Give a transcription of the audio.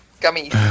gummy